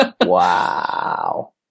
wow